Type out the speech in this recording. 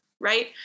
right